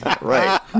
Right